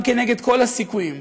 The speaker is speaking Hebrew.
גם כנגד כל הסיכויים,